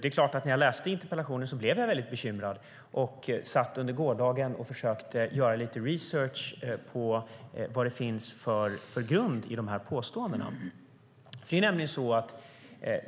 När jag läste interpellationen blev jag bekymrad, och jag satt under gårdagen och försökte göra lite research på vad det finns för grund för påståendena.